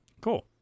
Cool